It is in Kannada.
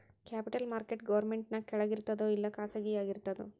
ಕ್ಯಾಪಿಟಲ್ ಮಾರ್ಕೆಟ್ ಗೌರ್ಮೆನ್ಟ್ ಕೆಳಗಿರ್ತದೋ ಇಲ್ಲಾ ಖಾಸಗಿಯಾಗಿ ಇರ್ತದೋ?